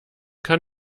kann